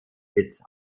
hits